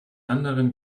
anderen